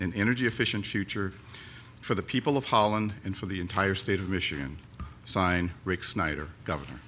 energy efficient future for the people of holland and for the entire state of michigan sign rick snyder governor